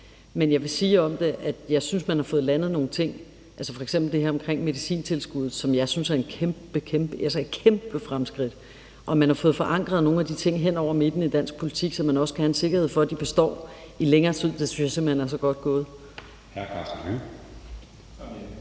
men jeg vil sige om det, at jeg synes, man har fået landet nogle ting, altså f.eks. det her omkring medicintilskuddet, som jeg synes er et kæmpe, kæmpe, altså et kæmpe fremskridt. Og at man har fået forankret nogle af de ting hen over midten i dansk politik, så man også kan have en sikkerhed for, at de består i længere tid, synes jeg simpelt hen er så godt gået.